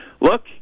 Look